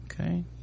okay